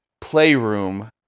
playroom